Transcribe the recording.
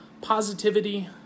positivity